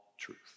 truth